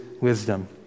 Wisdom